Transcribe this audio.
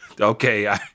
Okay